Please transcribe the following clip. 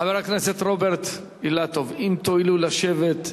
חבר הכנסת רוברט אילטוב, אם תואילו לשבת,